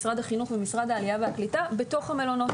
משרד החינוך ומשרד העלייה והקליטה - בתוך המלונות.